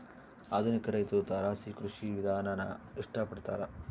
ಆಧುನಿಕ ರೈತ್ರು ತಾರಸಿ ಕೃಷಿ ವಿಧಾನಾನ ಇಷ್ಟ ಪಡ್ತಾರ